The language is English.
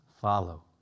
Follow